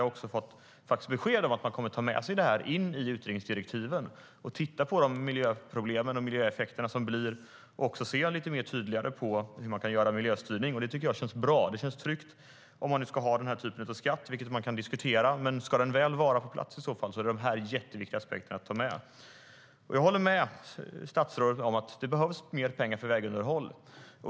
Jag har fått ett slags besked om att man kommer att ta med detta i utredningsdirektiven och titta på miljöproblemen och miljöeffekterna för att se hur man ska genomföra en tydligare miljöstyrning. Det känns bra och tryggt, om man nu ska ha den här typen av skatt, vilket man kan diskutera, men i så fall är detta viktiga aspekter att ta med. Jag håller med statsrådet om att det behövs mer pengar för vägunderhåll.